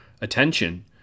attention